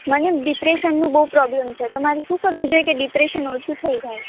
મને ડિપ્રેશનનું બહુ પ્રોબ્લેમ છે તો માંરે શું કરવું જોઈએ કે ડિપ્રેશન ઓછું થઈ જાય